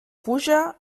puja